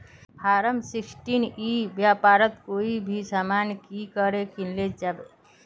Form sixteen ई व्यापारोत कोई भी सामान की करे किनले जाबे?